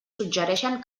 suggereixen